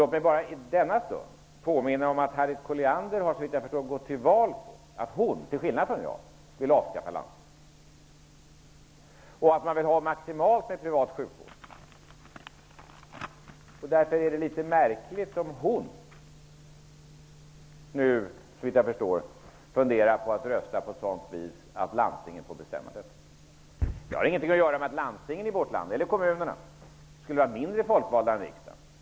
Låt mig i denna stund påminna om att Harriet Colliander såvitt jag förstår har gått till val på att hon -- till skillnad från mig -- vill avskaffa landstingen och vill ha maximalt med privat sjukvård. Därför är det litet märkligt att hon nu funderar på att rösta på ett sådant sätt att landstingen får bestämma. Det har ingenting att göra med att landstingen eller kommunerna i vårt land skulle vara mindre folkvalda än riksdagen.